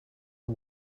the